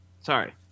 Sorry